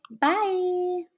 Bye